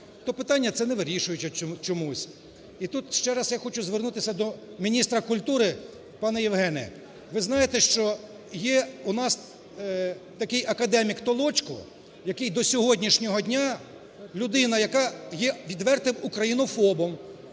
то питання це не вирішується чомусь. І тут ще раз я хочу звернутися до міністра культури. Пане Євгене, ви знаєте, що є у нас такий академік Толочко, який до сьогоднішнього дня – людина, яка є відвертим українофобом,